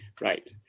Right